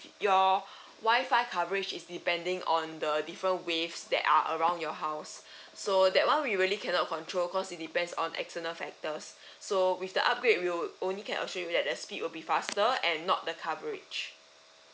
your wifi coverage is depending on the different waves that are around your house so that one we really cannot control cause it depends on external factors so with the upgrade we will only can assume that the speed will be faster and not the coverage